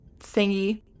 thingy